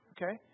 Okay